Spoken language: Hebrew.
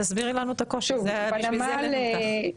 תסבירי לנו את הקושי, בשביל זה העלינו אותך.